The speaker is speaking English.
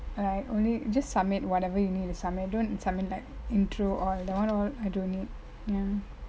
like only just submit whatever you need to submit don't submit like intro all that one all I don't need ya